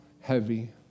heavy